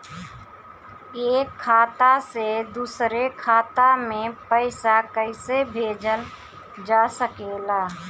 एक खाता से दूसरे खाता मे पइसा कईसे भेजल जा सकेला?